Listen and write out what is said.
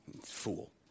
Fool